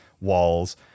walls